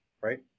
right